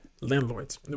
landlords